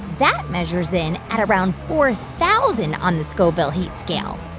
that measures in at around four thousand on the scoville heat scale.